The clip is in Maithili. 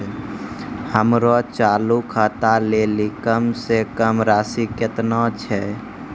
हमरो चालू खाता लेली कम से कम राशि केतना छै?